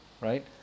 Right